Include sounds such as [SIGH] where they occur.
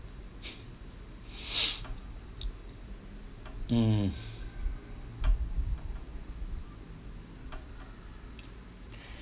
[BREATH] mm